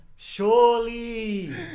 Surely